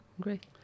great